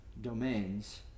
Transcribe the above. domains